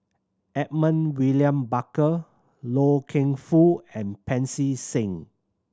Edmund William Barker Loy Keng Foo and Pancy Seng